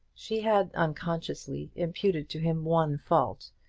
she had, unconsciously, imputed to him one fault,